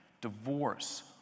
divorce